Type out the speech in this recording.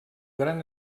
gran